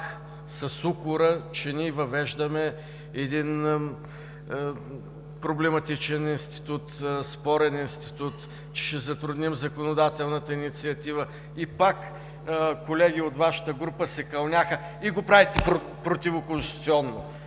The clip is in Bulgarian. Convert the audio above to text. с укора, че ние въвеждаме един проблематичен, спорен институт, че ще затрудним законодателната инициатива. И пак колеги от Вашата група се кълняха – и на всичкото